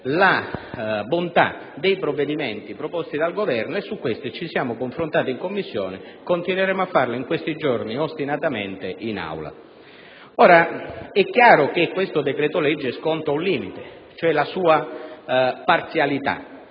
la bontà dei provvedimenti proposti dal Governo e su di essi ci siamo confrontati in Commissione e continueremo a farlo in questi giorni ostinatamente in Aula. Chiaramente, questo decreto-legge sconta un limite, cioè la sua parzialità.